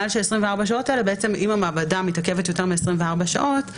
אם המעבדה מתעכבת יותר מ-24 שעות,